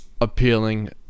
appealing